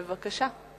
בבקשה.